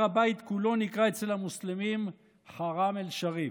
הר הבית כולו נקרא אצל המוסלמים חראם א-שריף,